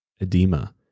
edema